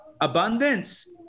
abundance